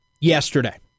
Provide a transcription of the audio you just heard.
yesterday